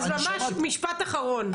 אז ממש משפט אחרון.